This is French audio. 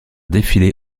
défiler